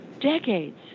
decades